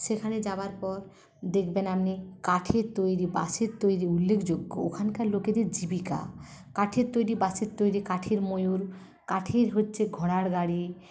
সেখানে যাওয়ার পর দেখবেন আপনি কাঠের তৈরি বাঁশের তৈরি উল্লেখযোগ্য ওখানকার লোকেদের জীবিকা কাঠের তৈরি বাঁশের তৈরি কাঠের ময়ূর কাঠের হচ্ছে ঘোড়ার গাড়ি